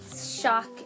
shock